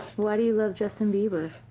why do you love justin bieber.